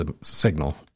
signal